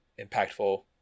impactful